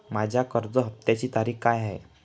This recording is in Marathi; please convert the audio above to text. माझ्या कर्ज हफ्त्याची तारीख काय आहे?